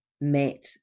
met